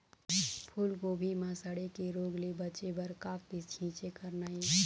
फूलगोभी म सड़े के रोग ले बचे बर का के छींचे करना ये?